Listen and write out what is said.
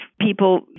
people